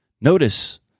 Notice